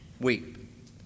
weep